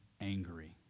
angry